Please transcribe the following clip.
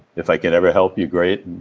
if i can ever help you, great, and